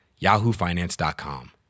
yahoofinance.com